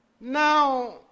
Now